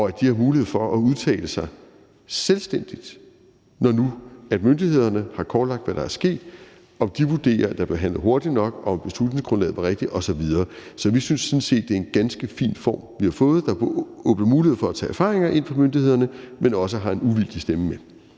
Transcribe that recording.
er sket, har mulighed for at udtale sig selvstændigt om, om de vurderer, at der blev handlet hurtigt nok, om beslutningsgrundlaget var rigtigt osv. Så vi synes sådan set, det er en ganske fin form, vi har fået, der åbner mulighed for at tage erfaringer fra myndighederne ind, men som også har en uvildig stemme med.